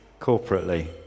corporately